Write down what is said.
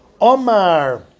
Omar